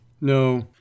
No